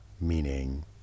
meaning